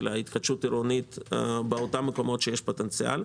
ההתחדשות העירונית באותם מקומות בהם יש פוטנציאל.